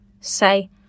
say